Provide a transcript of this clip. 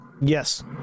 Yes